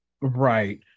right